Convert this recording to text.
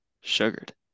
Sugared